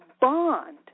bond